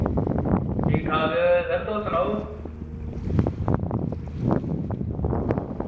ठीक ठाक ऐ सर तुस सनाओ